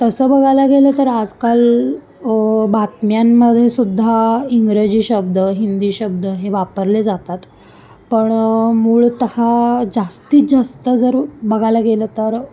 तसं बघायला गेलं तर आजकाल बातम्यांमध्ये सुद्धा इंग्रजी शब्द हिंदी शब्द हे वापरले जातात पण मूळतः जास्तीत जास्त जर बघायला गेलं तर